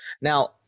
Now